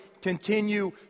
continue